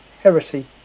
Heresy